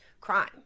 crime